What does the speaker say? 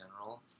general